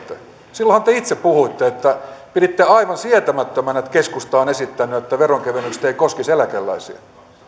silloinhan te itse puhuitte että piditte aivan sietämättömänä että keskusta on esittänyt että veronkevennykset eivät koskisi eläkeläisiä